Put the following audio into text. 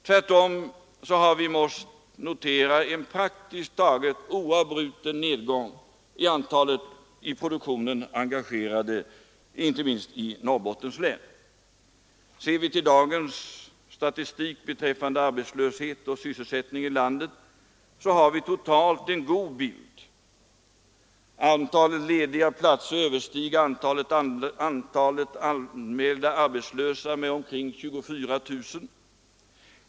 Tvärtom har vi måst notera en praktiskt taget oavbruten nedgång i antalet i produktionen engagerade, inte minst i Norrbottens län. Ser vi på dagens statistik beträffande arbetslöshet och sysselsättning i landet finner vi att vi totalt har en relativt god bild. Antalet lediga platser överstiger antalet anmälda arbetslösa med omkring 24 000.